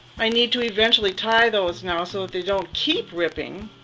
i need to eventually tie those now so they don't keep ripping